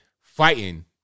fighting